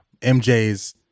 MJ's